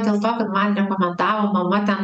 dėl to kad man rekomendavo mama ten